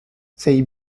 they